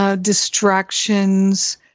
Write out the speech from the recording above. distractions